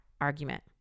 argument